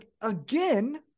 again